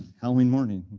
halloween morning,